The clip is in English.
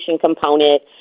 component